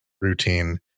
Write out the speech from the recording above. routine